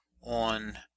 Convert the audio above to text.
on